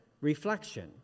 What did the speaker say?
reflection